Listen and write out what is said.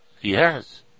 Yes